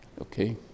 okay